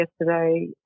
yesterday